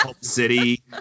City